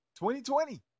2020